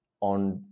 on